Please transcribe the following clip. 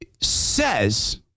says